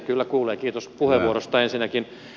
kyllä kuulee kiitos puheenvuorosta ensinnäkin